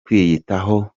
kwiyitaho